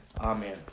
Amen